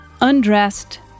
undressed